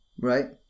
Right